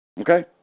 Okay